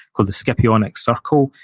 called the scipionic circle,